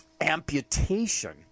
amputation